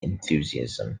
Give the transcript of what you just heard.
enthusiasm